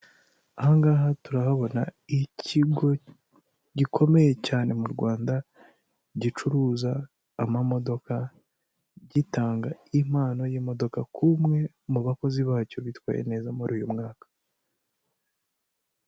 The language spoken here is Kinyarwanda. Aha ngaha turahabona ikigo gikomeye cyane mu Rwanda gicuruza amamodoka, gitanga impano y'imodoka k'umwe mu bakozi bacyo bitwaye neza muri uyu mwaka.